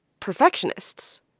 perfectionists